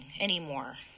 anymore